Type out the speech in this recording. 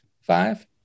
five